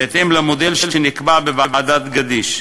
בהתאם למודל שנקבע בוועדת גדיש,